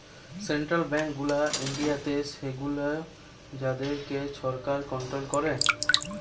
central bank গুলা ইন্ডিয়াতে সেগুলো যাদের কে সরকার কন্ট্রোল করে